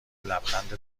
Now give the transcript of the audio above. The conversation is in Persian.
لبخند